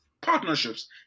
partnerships